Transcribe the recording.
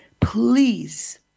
please